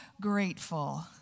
grateful